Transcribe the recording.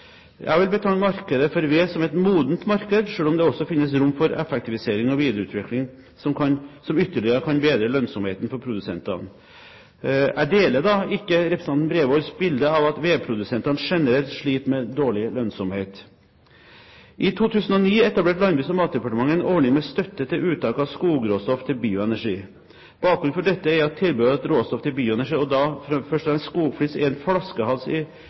Jeg vil betegne markedet for ved som et modent marked, selv om det også her finnes rom for effektivisering og videreutvikling, som ytterligere kan bedre lønnsomheten for produsentene. Jeg deler ikke representanten Bredvolds bilde av at vedprodusentene generelt sliter med dårlig lønnsomhet. I 2009 etablerte Landbruks- og matdepartementet en ordning med støtte til uttak av skogråstoff til bioenergi. Bakgrunnen for dette er at tilbudet av råstoff til bioenergi, og da først og fremst skogflis, er en flaskehals i